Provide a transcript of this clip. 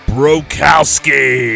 Brokowski